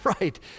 right